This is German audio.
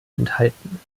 enthalten